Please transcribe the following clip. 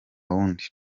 wundi